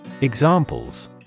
Examples